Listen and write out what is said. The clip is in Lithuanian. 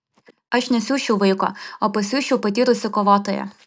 aš nesiųsčiau vaiko o pasiųsčiau patyrusį kovotoją